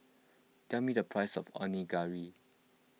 tell me the price of Onigiri